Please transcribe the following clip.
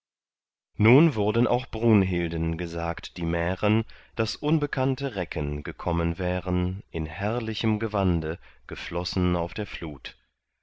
nun wurden auch brunhilden gesagt die mären daß unbekannte recken gekommen wären in herrlichem gewande geflossen auf der flut